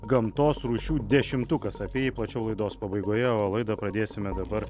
gamtos rūšių dešimtukas apie jį plačiau laidos pabaigoje o laidą pradėsime dabar